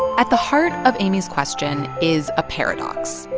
at the heart of amy's question is a paradox.